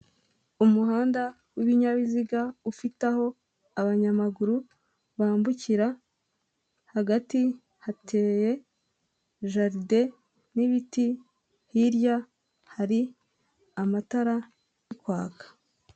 Umuhanda w'ibinyabiziga ufite aho abanyamaguru bambukira, hagati hateye jaride n'ibiti, hirya hari amatara ari kwaka.